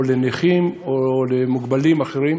או לנכים, או למוגבלים אחרים,